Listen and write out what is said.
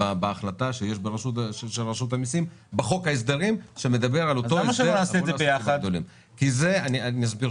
ואם אנחנו נלך על התמהיל, אנחנו מדברים פה בדיוק